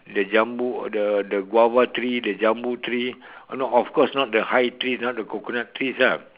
the jambu the the guava tree the jambu tree not of course not the high trees not the coconut trees ah